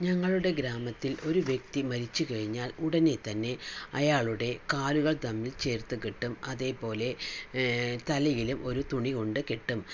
ഞങ്ങളുടെ ഗ്രാമത്തിൽ ഒരു വ്യക്തി മരിച്ച് കഴിഞ്ഞാൽ ഉടനെ തന്നെ അയാളുടെ കാലുകൾ തമ്മിൽ ചേർത്ത് കെട്ടും അതേപോലെ തലയിലും ഒരു തുണി കൊണ്ട് കെട്ടും